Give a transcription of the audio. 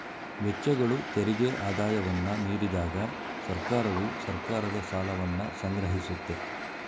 ವೆಚ್ಚಗಳು ತೆರಿಗೆ ಆದಾಯವನ್ನ ಮೀರಿದಾಗ ಸರ್ಕಾರವು ಸರ್ಕಾರದ ಸಾಲವನ್ನ ಸಂಗ್ರಹಿಸುತ್ತೆ